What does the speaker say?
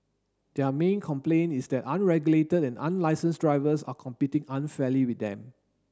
their main complaint is that unregulated and unlicensed drivers are competing unfairly with them